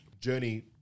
journey